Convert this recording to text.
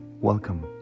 Welcome